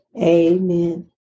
Amen